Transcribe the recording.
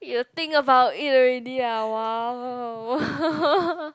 you think about it already ah !wow!